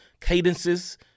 cadences